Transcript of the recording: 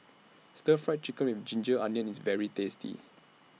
Stir Fry Chicken with Ginger Onions IS very tasty